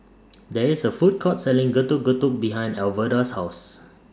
There IS A Food Court Selling Getuk Getuk behind Alverda's House